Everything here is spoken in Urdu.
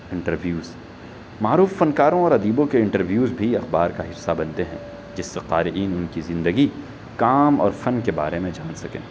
انٹرویوز معروف فنکاروں اور ادیبوں کے انٹرویوز بھی اخبار کا حصہ بنتے ہیں جس سے قارئین ان کی زندگی کام اور فن کے بارے میں جان سکیں